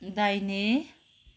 दाहिने